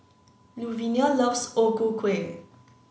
Luvenia loves O Ku Kueh